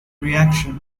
reaction